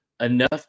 enough